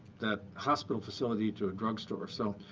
that hospital facility to a drugstore. so,